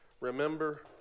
remember